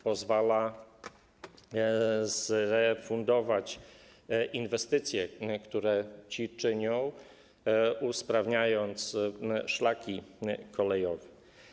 Pozwala to zrefundować inwestycje, które ci czynią, usprawniając szlaki kolejowe.